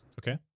Okay